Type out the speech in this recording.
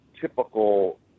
typical